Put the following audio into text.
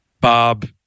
Bob